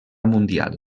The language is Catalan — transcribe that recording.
mundial